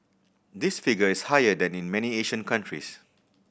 this figure is higher than in many Asian countries